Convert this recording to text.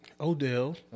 Odell